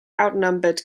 outnumbered